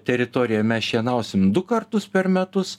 teritoriją mes šienausim du kartus per metus